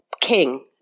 king